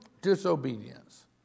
disobedience